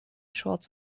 shorts